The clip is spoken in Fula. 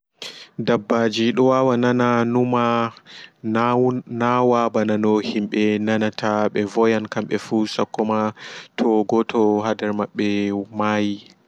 Daɓɓaji dowawa nana numa nawaa ɓanano himɓe nanata ɓevoyan kamɓe fu sakkoma to goto hadarr maɓɓe mayi